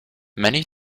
many